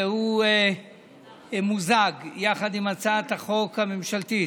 והיא מוזגה יחד עם הצעת החוק הממשלתית.